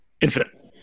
infinite